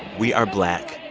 we are black.